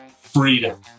freedom